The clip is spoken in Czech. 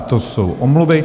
To jsou omluvy.